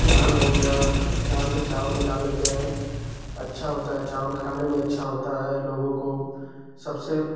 धान हो गया धान से चावल निकाल लेते हैं अच्छा होता है चावल खाने में अच्छा होता है लोगों को सबसे